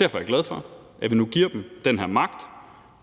Derfor er jeg glad for, at vi nu giver dem den her magt.